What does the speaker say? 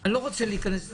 אני לא רוצה להיכנס לפרטים.